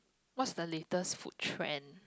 what's the latest food trend